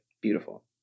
beautiful